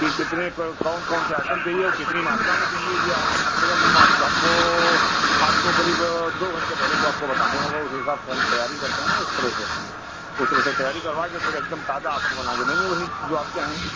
कि कितने कौन कौन से आइटम चाहिए और कितनी मात्रा में चाहिए यह आपको कम से कम हमको आपको क़रीब दो घंटे पहले तो आपको बता ना होगा उस हिसाब से हम तैयारी करते हैं ना उस तरह से उस तरह से तैयारी करवा के फिर एक दम ताज़ा आपको बनाकर देंगे वही जो आप चाहेंगी